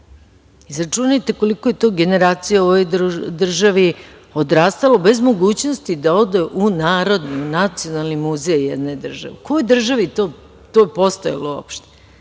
Izračunajte koliko je to generacija u ovoj državi odrastalo bez mogućnosti da ode u narodni muzej jedne države.U kojoj državi je to postojalo?